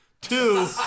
Two